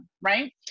right